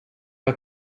pas